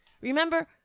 Remember